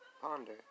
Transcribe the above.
ponder